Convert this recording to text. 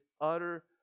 utter